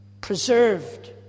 preserved